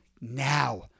now